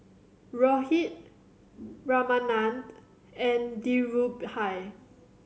Rohit Ramanand and Dhirubhai